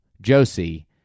Josie